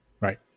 Right